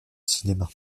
cinéma